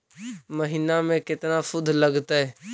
महिना में केतना शुद्ध लगतै?